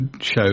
show